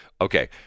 Okay